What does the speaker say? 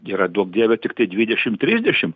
yra duok dieve tiktai dvidešim trisdešim